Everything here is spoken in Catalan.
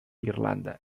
irlanda